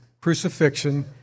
crucifixion